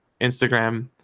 Instagram